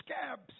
scabs